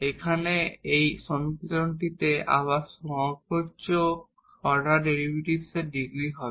এখানে এই সমীকরণগুলিতে আবার সর্বোচ্চ অর্ডার ডেরিভেটিভস এর ডিগ্রী হবে